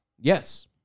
Yes